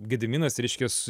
gediminas reiškias